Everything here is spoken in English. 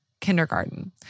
kindergarten